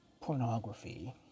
pornography